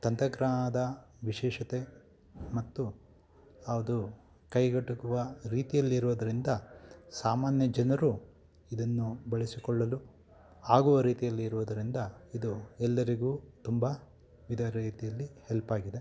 ತಂತ್ರಜ್ಞಾನದ ವಿಶೇಷತೆ ಮತ್ತು ಅದು ಕೈಗೆಟುಕುವ ರೀತಿಯಲ್ಲಿರೋದರಿಂದ ಸಾಮಾನ್ಯ ಜನರು ಇದನ್ನು ಬಳಸಿಕೊಳ್ಳಲು ಆಗುವ ರೀತಿಯಲ್ಲಿ ಇರುವುದರಿಂದ ಇದು ಎಲ್ಲರಿಗೂ ತುಂಬ ವಿವಿಧ ರೀತಿಯಲ್ಲಿ ಹೆಲ್ಪಾಗಿದೆ